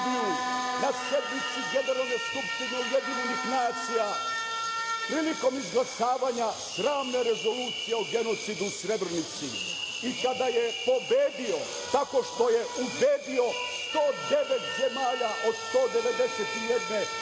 na sednici Generalne skupštine UN, prilikom izglasavanja sramne rezolucije o genocidu u Srebrenici, i kada je pobedio, tako što je ubedio 109 zemalja od 191 da